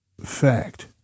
fact